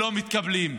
לא מתקבלות.